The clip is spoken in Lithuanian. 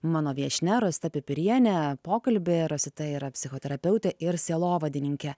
mano viešnia rosita pipiriene pokalbį rosita yra psichoterapeutė ir sielovadininkė